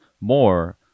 more